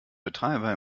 betreiber